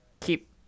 keep